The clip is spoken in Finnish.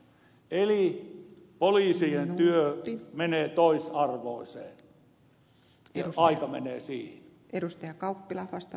eli poliisien työ menee toisarvoiseen ja aika menee siihen